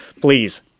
Please